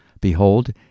Behold